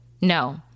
No